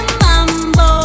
mambo